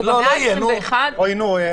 לא יהיה.